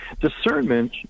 discernment